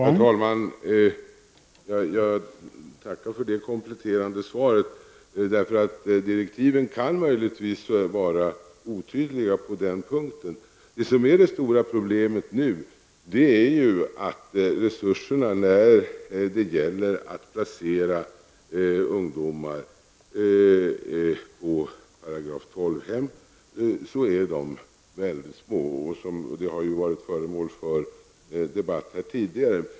Herr talman! Jag tackar för det kompletterande svaret. Direktiven kan möjligtvis vara otydliga på den punkten. Det stora problemet nu är ju att resurserna när det gäller placering av ungdomar på § 12-hem är mycket små. Detta har varit föremål för debatt här tidigare.